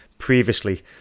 previously